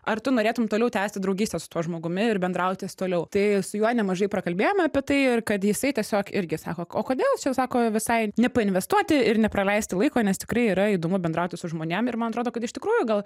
ar tu norėtum toliau tęsti draugystę su tuo žmogumi ir bendrauti toliau tai su juo nemažai prakalbėjome apie tai ir kad jisai tiesiog irgi sako o kodėl čia sako visai nepainvestuoti ir nepraleisti laiko nes tikrai yra įdomu bendrauti su žmonėm ir man atrodo kad iš tikrųjų gal